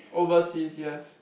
overseas yes